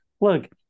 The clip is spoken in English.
Look